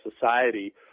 society